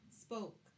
spoke